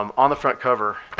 um on the front cover,